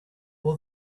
will